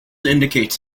indicates